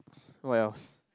what else